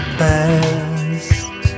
best